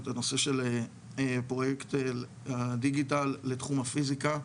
את הנושא של פרויקט של הדיגיטל לתחום הפיזיקה,